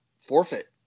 forfeit